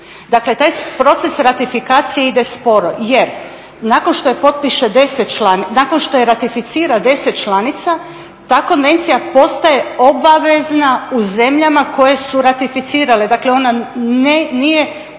nakon što je potpiše 10 članica, nakon što je ratificira 10 članica ta Konvencija postaje obavezna u zemljama koje su ratificirale, dakle ona nije